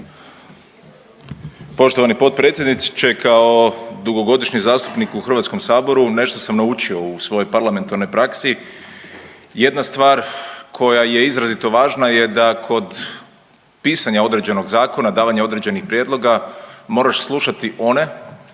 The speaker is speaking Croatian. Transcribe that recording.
Poštovani potpredsjedniče. Kao dugogodišnji zastupnik u HS-u nešto sam naučio u svojoj parlamentarnoj praksi, jedna stvar koja je izrazito važna je da kod pisanja određenog zakona, davanja određenih prijedloga moraš slušati one